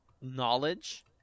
knowledge